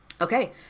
okay